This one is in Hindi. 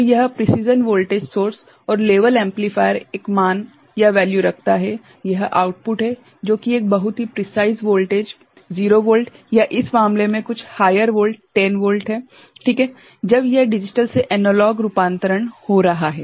तो यह प्रिसीजन वोल्टेज स्रोत और लेवल एम्पलीफायर एक मान रखता है यह आउटपुट है जो कि एक बहुत ही प्रिसाइज वोल्टेज 0 वोल्ट या इस मामले में कुछ हायर वोल्टेज 10 वोल्ट है ठीक है जब यह डिजिटल से एनालॉग रूपांतरण हो रहा है